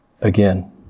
Again